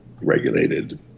regulated